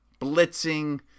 blitzing